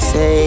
Say